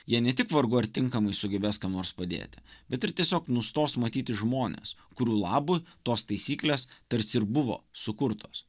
jie ne tik vargu ar tinkamai sugebės kam nors padėti bet ir tiesiog nustos matyti žmones kurių labui tos taisyklės tarsi ir buvo sukurtos